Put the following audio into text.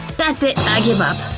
that's it, i give up!